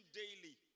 daily